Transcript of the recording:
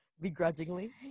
Begrudgingly